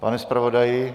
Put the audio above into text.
Pane zpravodaji?